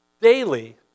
daily